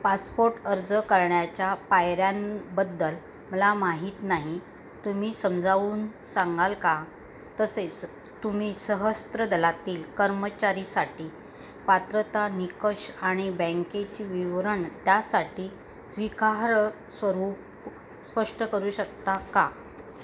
passport अर्ज करण्याच्या पायऱ्यांबद्दल मला माहीत नाही तुम्ही समजावून सांगाल का तसेच तुम्ही सहस्त्र दलातील कर्मचारीसाठी पात्रता निकष आणि बँकेची विवरण त्यासाठी स्वीकारार्ह स्वरूप स्पष्ट करू शकता का